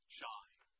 shine